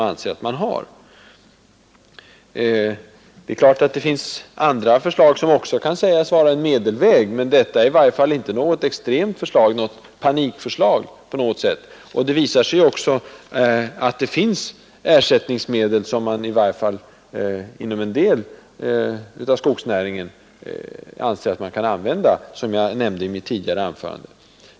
Det finns naturligtvis andra förslag som också kan sägas vara en medelväg, men detta är i varje fall inte något panikförslag eller någon ytterlighetslinje. Det visar sig också att det finns ersättningsmedel, som man i varje fall inom en del av skogsnäringen anser sig kunna använda, som jag nämnde i mitt tidigare anförande.